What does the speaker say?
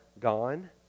gone